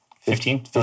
Fifteen